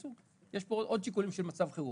יש פה עוד שיקולים של מצב חירום,